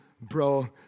Bro